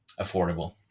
affordable